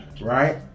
Right